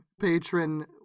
patron